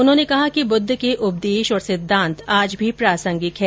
उन्होंने कहा कि बुद्ध के उपदेश और सिद्धांत आज भी प्रासंगिक हैं